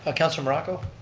ah councilor morocco?